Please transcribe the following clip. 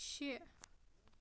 شےٚ